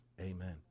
amen